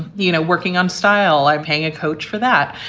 you know, working on style. i'm paying a coach for that.